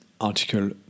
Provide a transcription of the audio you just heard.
Article